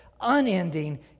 unending